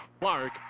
Clark